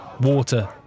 water